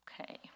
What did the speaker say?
Okay